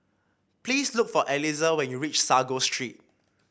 please look for Eliezer when you reach Sago Street